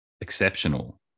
exceptional